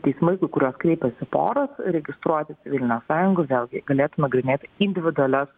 teismai su kuriuos kreipėsi poros registruoti civilinę sąjungą vėlgi galėtų nagrinėti individualias